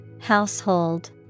Household